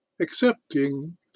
accepting